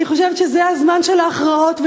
אני חושבת שזה הזמן של ההכרעות,